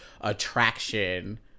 attraction